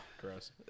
gross